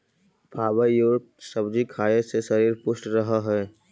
fibre युक्त सब्जी खाए से शरीर पुष्ट रहऽ हइ